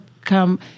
come